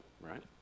right